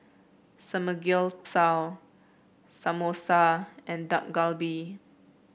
Samgyeopsal Samosa and Dak Galbi